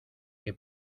que